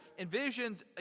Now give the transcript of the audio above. envisions